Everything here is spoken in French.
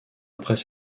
après